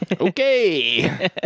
Okay